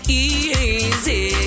easy